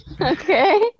Okay